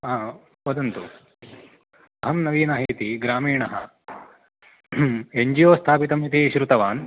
हा वदन्तु अहं नवीनः इति ग्रामीणः एन् जि ओ स्थापितमिति श्रुतवान्